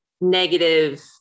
negative